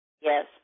Yes